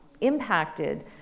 impacted